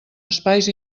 espais